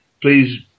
please